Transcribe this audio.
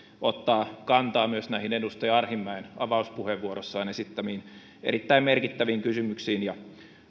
ottaa kantaa myös näihin edustaja arhinmäen avauspuheenvuorossaan esittämiin erittäin merkittäviin kysymyksiin ja